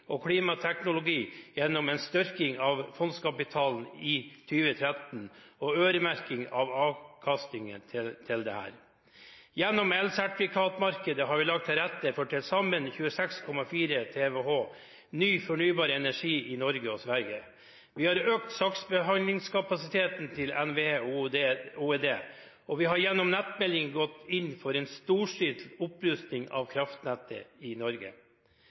og klimateknologi gjennom en styrking av fondskapitalen i 2013 og øremerking av avkastningen. Gjennom elsertifikatmarkedet har vi lagt til rette for til sammen 26,4 TWh ny fornybar energi i Norge og Sverige. Vi har økt saksbehandlingskapasiteten til NVE og OED, og vi har gjennom nettmeldingen gått inn for en storstilt opprustning av kraftnettet i Norge.